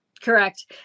Correct